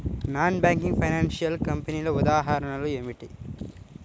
Non banking financial కంపెనీల ఉదాహరణలు ఏమిటి?